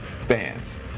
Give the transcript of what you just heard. fans